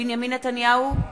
בנימין נתניהו,